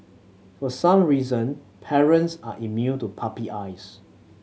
for some reason parents are immune to puppy eyes